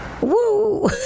Woo